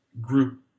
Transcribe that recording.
group